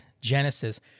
Genesis